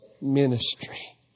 ministry